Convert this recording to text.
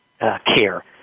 care